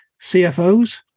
CFOs